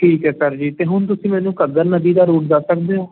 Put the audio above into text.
ਠੀਕ ਹੈ ਸਰ ਜੀ ਅਤੇ ਹੁਣ ਤੁਸੀਂ ਮੈਨੂੰ ਘੱਗਰ ਨਦੀ ਦਾ ਰੂਟ ਦੱਸ ਸਕਦੇ ਹੋ